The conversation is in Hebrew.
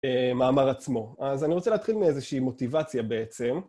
מאמר עצמו. אז אני רוצה להתחיל מאיזושהי מוטיבציה בעצם.